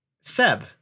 Seb